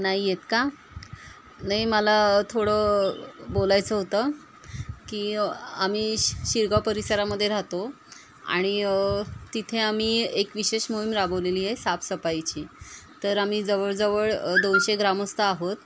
नाही आहे का नाही मला थोडं बोलायचं होतं की आम्ही शि शिरगाव परिसरामध्ये राहतो आणि तिथे आम्ही एक विशेष मोहिम राबवलेली आहे साफसफाईची तर आम्ही जवळजवळ दोनशे ग्रामस्थ आहोत